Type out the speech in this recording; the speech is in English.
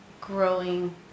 growing